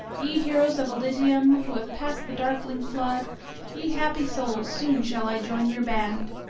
ye heroes of elysium, who have passed the darkling flood ye happy souls, soon shall i join your band.